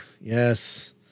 yes